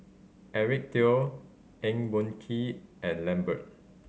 Eric Teo Eng Boon Kee and Lambert